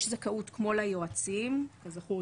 יש זכאות כמו ליועצים כזכור,